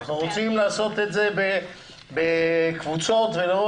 אנחנו רוצים לעשות את זה בקבוצות ולהראות